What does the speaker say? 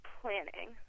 planning